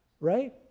right